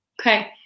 Okay